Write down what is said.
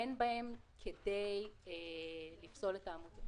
אין בהן כדי לפסול את העמותות.